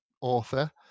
author